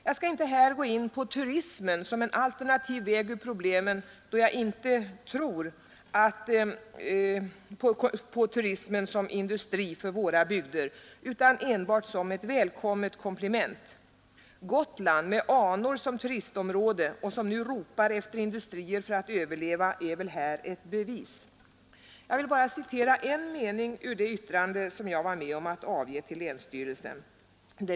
Jag skall inte här gå in på turismen som en alternativ väg ur problemen, då jag inte tror på turismen som industri för våra bygder utan enbart som ett välkommet komplement. Gotland med anor som turistområde — och som nu ropar efter industrier för att överleva — är väl här ett bevis. Jag vill bara citera en mening ur det yttrande som jag var med om att avge till länsstyrelsen.